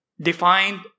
defined